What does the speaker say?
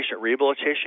rehabilitation